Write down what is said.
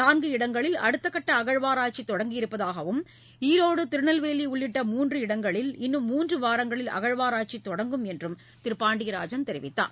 நான்கு இடங்களில் அடுத்தகட்ட அகழ்வாராய்ச்சி தொடங்கியிருப்பதாகவும் ஈரோடு திருநெல்வேலி உள்ளிட்ட மூன்று இடங்களில் இன்னும் மூன்று வாரங்களில் அகழ்வாராய்ச்சி தொடங்கும் என்றும் திரு பாண்டியராஜன் தெரிவித்தார்